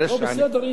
לא, בסדר.